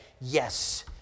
yes